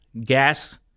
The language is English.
gas